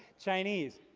chinese,